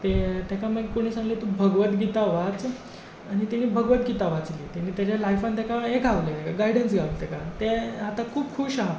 तें ताका मागीर कोणी सांगलें तूं भगवदगीता वाच आनी ताणें भगवदगीता वाचली ताणें ताज्या लायफान ताका हें गावलें गायडन्स गावली ताका तें आतां खूब खूश आसा